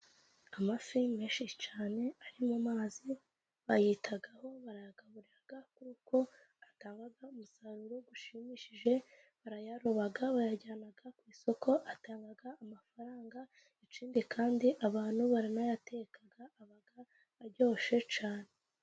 Amafi menshi cyane ari mu mazi bayitaho barayagaburira, kuko atanga umusaruro ushimishije, barayaroba bayajyana ku isoko atanga amafaranga, ikindi kandi abantu baranayateka aba aryoshye cyane.